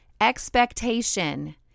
expectation